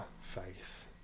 faith